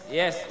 yes